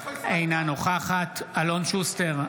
אינה נוכחת אלון שוסטר,